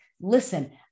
Listen